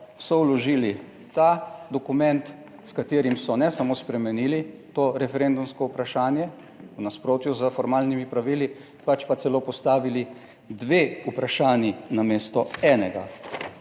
so vložili ta dokument, s katerim so ne samo spremenili to referendumsko vprašanje v nasprotju s formalnimi pravili, pač pa celo postavili dve vprašanji namesto enega.